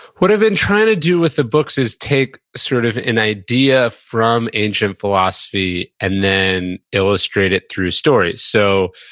what i've been trying to do with the books is take sort of an idea from ancient philosophy, and then illustrate it through stories. so,